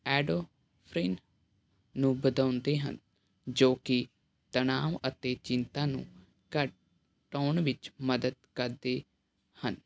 ਐਡੋਫਰਿਨ ਨੂੰ ਵਧਾਉਂਦੇ ਹਨ ਜੋ ਕਿ ਤਣਾਅ ਅਤੇ ਚਿੰਤਾ ਨੂੰ ਘਟਾਉਣ ਵਿੱਚ ਮਦਦ ਕਰਦੇ ਹਨ